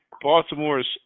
Baltimore's